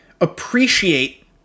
appreciate